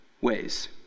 ways